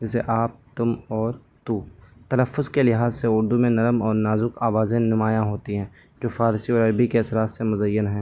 جیسے آپ تم اور تو تلفظ کے لحاظ سے اردو میں نرم اور نازک آوازیں نمایاں ہوتی ہیں جو فارسی اور عربی کے اثرات سے مزین ہیں